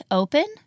open